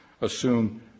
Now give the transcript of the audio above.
assume